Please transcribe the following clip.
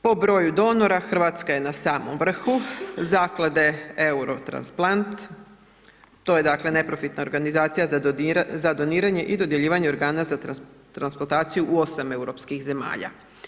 Po broju donora Hrvatska je na samom vrhu Zaklade eurotransplant, to je dakle neprofitna organizacija za doniranje i dodjeljivanje organa za transplataciju u 8 europskih zemalja.